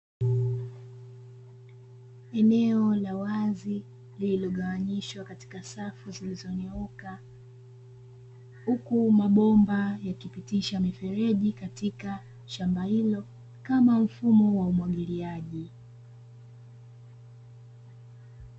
Eneo la wazi lililogawanyishwa katika safu zilizonyooka, huku mabomba yakipitisha mifereji katika shamba hilo kama mfumo wa umwagiliaji.